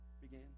began